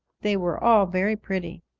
they were all very pretty.